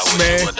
man